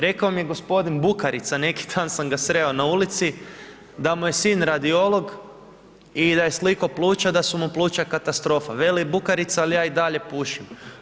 Rekao mi je gospodin Bukarica, neki dan sam ga sreo na ulici, da mu je sin radiolog i da je slikao pluća, da su mu pluća katastrofa, veli Bukarica ali ja i dalje pušim.